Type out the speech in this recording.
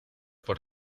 por